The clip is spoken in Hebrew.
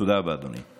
תודה, אדוני.